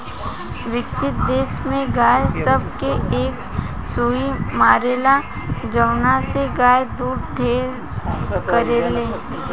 विकसित देश में गाय सब के एक सुई मारेला जवना से गाय दूध ढेर करले